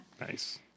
Nice